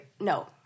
no